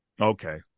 Okay